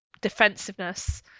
defensiveness